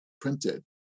printed